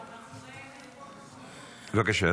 אבל מאחוריהם --- בבקשה,